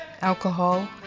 alcohol